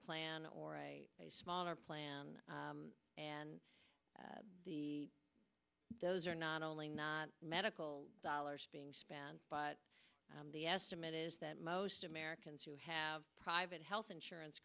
plan or a smaller plan and the those are not only not medical dollars being spent but the estimate is that most americans who have private health insurance